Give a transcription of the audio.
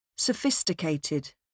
Sophisticated